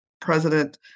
president